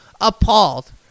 appalled